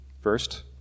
first